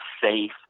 safe